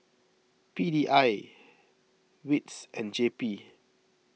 P D I Wits and J P